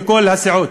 מכל הסיעות.